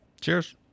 Cheers